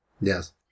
Yes